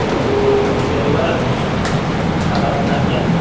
ধরুন লেডীবার্ড সাধারণ সাইকেল